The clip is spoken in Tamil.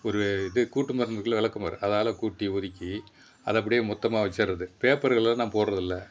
ஒரு இது கூட்டு மாறு இருக்கில்ல விளக்கமாறு அதால் கூட்டி ஒதுக்கி அதை அப்படியே மொத்தமாக வெச்சிடுறது பேப்பர்களை நான் போடுறது இல்லை